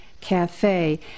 Cafe